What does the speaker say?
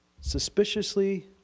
suspiciously